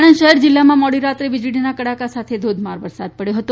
આણંદ શહેર જિલ્લામાં મોડી રાત્રે વિજળીના કડાકા સાથે ધોધમાર વરસાદ પડયો હતો